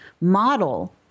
model